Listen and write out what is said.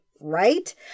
right